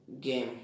game